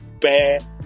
bad